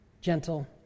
gentle